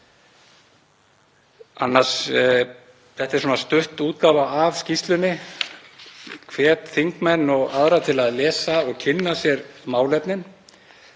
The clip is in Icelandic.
október. Þetta er svona stutta útgáfan af skýrslunni. Ég hvet þingmenn og aðra til að lesa og kynna sér málefnin